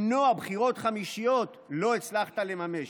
למנוע בחירות חמישיות, לא הצלחת לממש.